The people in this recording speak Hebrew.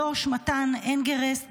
מתן אנגרסט,